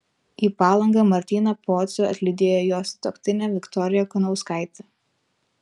į palangą martyną pocių atlydėjo jo sutuoktinė viktorija kunauskaitė